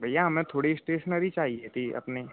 भइया हमें थोड़ी इस्टेसनरी चाहिए थी अपनी